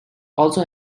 also